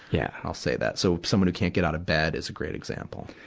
yeah i'll say that. so, someone who can't get out of bed is a great example.